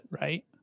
right